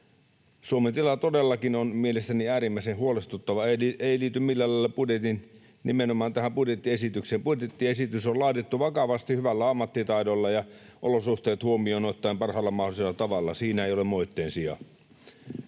Suomen tila todellakin on mielestäni äärimmäisen huolestuttava. Tämä ei liity millään lailla budjetin nimenomaan tähän budjettiesitykseen. Budjettiesitys on laadittu vakavasti hyvällä ammattitaidolla ja olosuhteet huomioon ottaen parhaalla mahdollisella tavalla. Siinä ei ole moitteen sijaa.